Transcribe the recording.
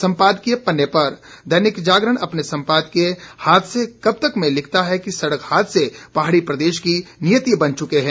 सम्पादकीय पन्ने पर दैनिक जागरण अपने संपादकीय हादसे कब तक में लिखता है कि सड़क हादसे पहाड़ी प्रदेश की नियति बन चुके हैं